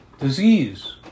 disease